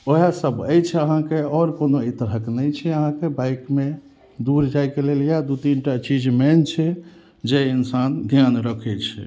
वएह सब अछि अहाँके आओर कोनो ई तरहक नहि छै अहाँके बाइकमे दूर जाय के लेल यहऽ दू तीनटा चीज मेन छै जै इंसान ध्यान रखै छै